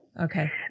Okay